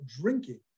drinking